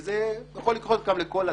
וזה יכול לקרות לכל אדם,